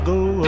go